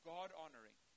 God-honoring